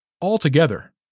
Altogether